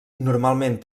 normalment